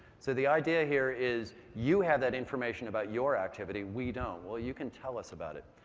so the idea here is, you have that information about your activity. we don't. well, you can tell us about it.